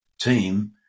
team